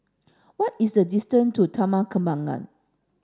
what is the distance to Taman Kembangan